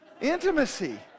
intimacy